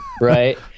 Right